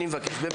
אני מבקש באמת,